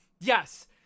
yes